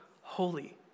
holy